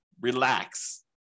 Relax